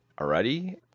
already